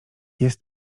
jest